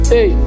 Hey